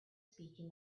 speaking